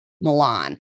Milan